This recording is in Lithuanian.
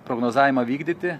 prognozavimą vykdyti